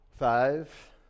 Five